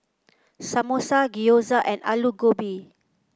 Samosa Gyoza and Alu Gobi